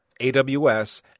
AWS